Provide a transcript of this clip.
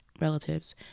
relatives